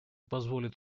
позволит